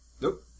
Nope